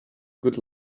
good